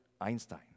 Einstein